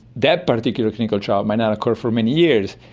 that particular clinical trial might not occur for many years.